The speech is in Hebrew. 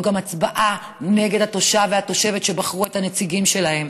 זו גם הצבעה נגד התושב והתושבת שבחרו את הנציגים שלהם,